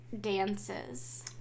dances